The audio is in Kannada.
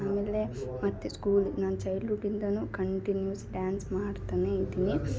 ಆಮೇಲೆ ಮತ್ತು ಸ್ಕೂಲ್ ನಾನು ಚೈಲ್ಡ್ವುಡ್ ಇಂದ ಕಂಟಿನ್ಯೂಸ್ ಡ್ಯಾನ್ಸ್ ಮಾಡ್ತಾ ಇದ್ದೀನಿ